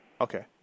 Okay